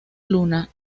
luna